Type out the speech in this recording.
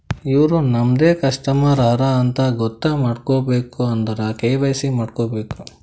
ಇವ್ರು ನಮ್ದೆ ಕಸ್ಟಮರ್ ಹರಾ ಅಂತ್ ಗೊತ್ತ ಮಾಡ್ಕೋಬೇಕ್ ಅಂದುರ್ ಕೆ.ವೈ.ಸಿ ಮಾಡ್ಕೋಬೇಕ್